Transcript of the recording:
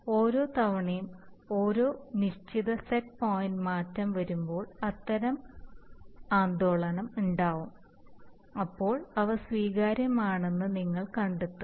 ഓരോ തവണയും ഒരു നിശ്ചിത സെറ്റ് പോയിന്റ് മാറ്റം വരുമ്പോൾ അത്തരം ആന്ദോളനം ഉണ്ടാവും അപ്പോൾ അവ സ്വീകാര്യമാണെന്ന് നിങ്ങൾ കണ്ടെത്തും